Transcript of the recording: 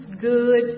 good